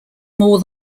more